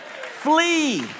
Flee